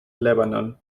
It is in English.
lebanon